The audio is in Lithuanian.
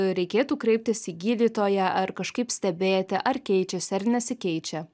reikėtų kreiptis į gydytoją ar kažkaip stebėti ar keičiasi ar nesikeičia